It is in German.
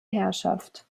herrschaft